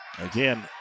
Again